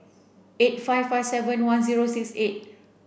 eight five five seven one zero six eight